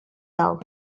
dawl